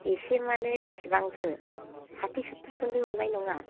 एसे माने बेसेबांथो साथि सुथुरफोरनि मोन्नाय नङा